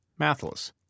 mathless